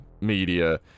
media